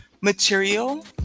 material